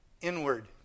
Inward